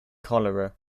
cholera